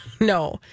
no